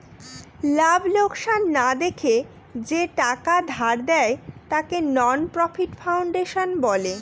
লাভ লোকসান না দেখে যে টাকা ধার দেয়, তাকে নন প্রফিট ফাউন্ডেশন বলে